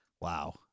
wow